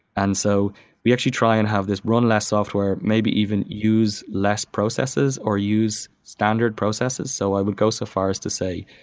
and so we actually try and have this run less software, maybe even use less processes, or use standard processes. so i would go so far as to say